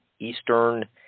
Eastern